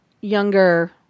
younger